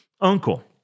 uncle